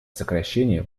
сокращение